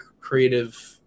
creative